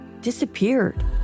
disappeared